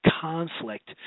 conflict